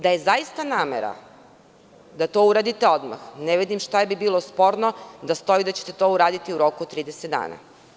Da je zaista namera da to uradite odmah, ne vidim šta bi bilo sporno da stoji da ćete to uraditi u roku od 30 dana.